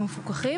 הערות נוספות?